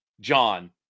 John